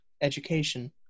education